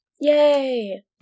Yay